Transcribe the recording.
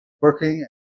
working